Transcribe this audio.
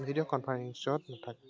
video কনফাৰেঞ্চত নাথাকে